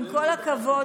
עם כל הכבוד,